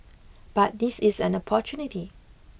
but this is an opportunity